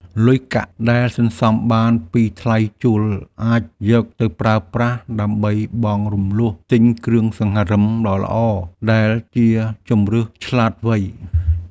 លុយកាក់ដែលសន្សំបានពីថ្លៃជួលអាចយកទៅប្រើប្រាស់ដើម្បីបង់រំលស់ទិញគ្រឿងសង្ហារិមល្អៗដែលជាជម្រើសឆ្លាតវៃ។